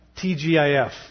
TGIF